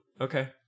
Okay